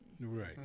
Right